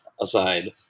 aside